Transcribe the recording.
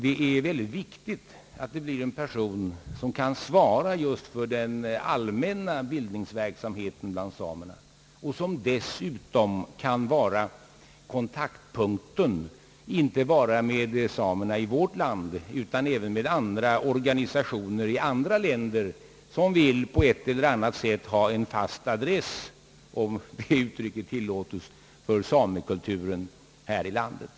Det är mycket viktigt att det blir en person, som kan svara för just den allmänna bildningsverksamheten bland samerna och som dessutom kan vara kontaktman inte bara för samerna i vårt land utan även för sådana organisationer i andra länder, som på ett eller annat sätt vill ha en fast adress — om det uttrycket tillåtes — för samekulturen här i landet.